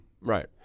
Right